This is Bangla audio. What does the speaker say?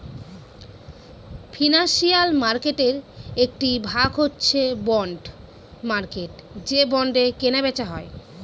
ফিনান্সিয়াল মার্কেটের একটি ভাগ হচ্ছে বন্ড মার্কেট যে বন্ডে কেনা বেচা হয়